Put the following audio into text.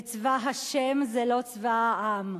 וצבא השם זה לא צבא העם,